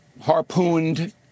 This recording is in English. harpooned